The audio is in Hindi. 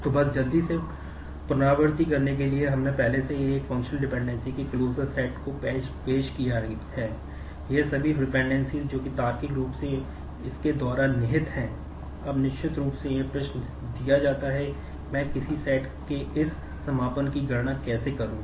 तो बस जल्दी से पुनरावृत्ति करने के लिए हमने पहले से ही एक फंक्शनल डिपेंडेंसी के इस समापन की गणना कैसे करूं